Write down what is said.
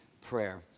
prayer